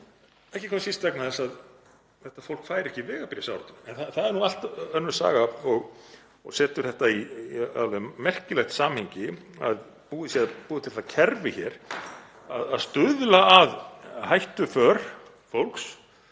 ekki hvað síst vegna þess að þetta fólk fær ekki vegabréfsáritun. En það er allt önnur saga og setur þetta í alveg merkilegt samhengi að búið sé að búa til það kerfi hér að stuðla að hættuför fólks.